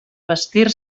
vestir